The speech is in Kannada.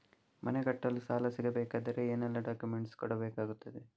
ಮನೆ ಕಟ್ಟಲು ಸಾಲ ಸಿಗಬೇಕಾದರೆ ಏನೆಲ್ಲಾ ಡಾಕ್ಯುಮೆಂಟ್ಸ್ ಕೊಡಬೇಕಾಗುತ್ತದೆ?